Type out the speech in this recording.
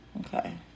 okay